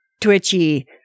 twitchy